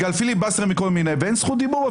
יש פיליבסטר ואפילו אין זכות דיבור.